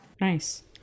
Nice